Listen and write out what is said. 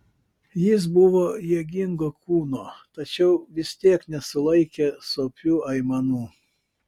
jis buvo jėgingo kūno tačiau vis tiek nesulaikė sopių aimanų